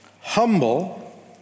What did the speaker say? humble